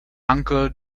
uncle